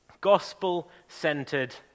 Gospel-centered